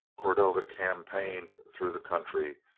cordova campaigned through the country,